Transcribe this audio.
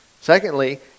Secondly